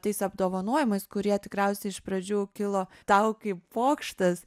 tais apdovanojimais kurie tikriausiai iš pradžių kilo tau kaip pokštas